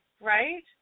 right